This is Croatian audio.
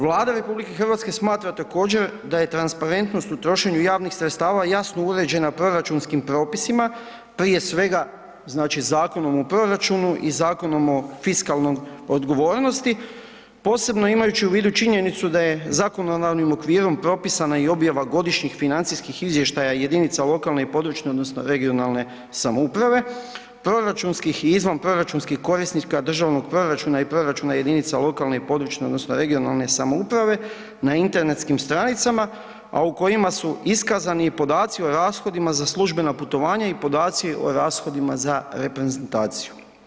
Vlada RH smatra također da je transparentnost u trošenju javnih sredstava jasno uređena proračunskim propisima, prije svega znači Zakonom o proračunu i Zakonom o fiskalnoj odgovornosti posebno imajući u vidu činjenicu da je zakonodavnim okvirom propisana i objava godišnjih financijskih izvještaja jedinica lokalne odnosno regionalne samouprave, proračunskih i izvanproračunskih korisnika Državnog proračuna i proračuna lokalne i područne odnosno regionalne samouprave na internetskim stranicama, a u kojima su iskazani i podaci o rashodima za službena putovanja i podaci o rashodima za reprezentaciju.